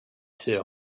two